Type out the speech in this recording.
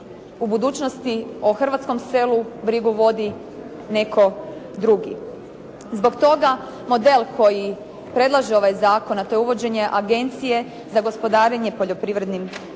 u budućnosti o hrvatskom selu brigu vodi netko drugi. Zbog toga model koji predlaže ovaj zakon, a to je uvođenje agencije za gospodarenje poljoprivrednim